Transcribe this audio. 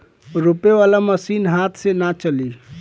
रोपे वाला मशीन हाथ से ना चली